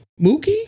Mookie